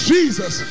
Jesus